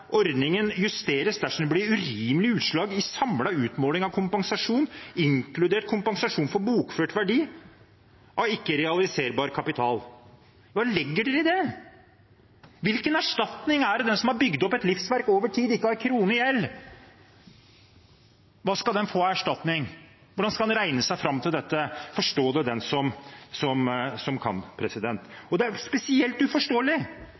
ordningen justeres dersom det blir urimelige utslag i samlet utmåling av kompensasjon, inkludert kompensasjonen for bokført verdi av ikke-realiserbar kapital». Hva legger man i det? Hvilken erstatning skal den som har bygd opp et livsverk over tid, og som ikke har én krone i gjeld, få? Hvordan skal man regne seg fram til det? Forstå det den som kan. Det er spesielt uforståelig